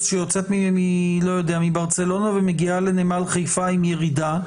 שיוצאת מברצלונה ומגיעה לנמל חיפה עם ירידה,